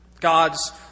God's